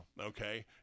okay